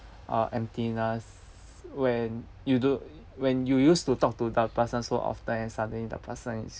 or emptiness when you do when you used to talk to the person so often and suddenly the person is